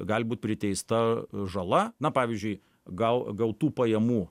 gali būt priteista žala na pavyzdžiui gal gautų pajamų